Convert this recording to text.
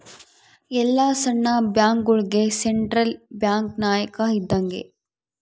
ಎಲ್ಲ ಸಣ್ಣ ಬ್ಯಾಂಕ್ಗಳುಗೆ ಸೆಂಟ್ರಲ್ ಬ್ಯಾಂಕ್ ನಾಯಕ ಇದ್ದಂಗೆ